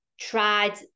tried